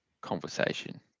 conversation